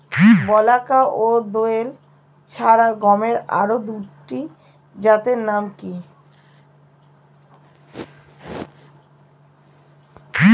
বলাকা ও দোয়েল ছাড়া গমের আরো দুটি জাতের নাম কি?